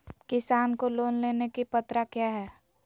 किसान को लोन लेने की पत्रा क्या है?